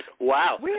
Wow